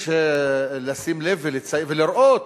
יש לשים לב ולראות,